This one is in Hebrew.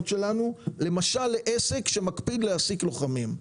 שלנו למשל לעסק שמקפיד להעסיק לוחמים,